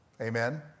Amen